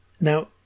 now